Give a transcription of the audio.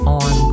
on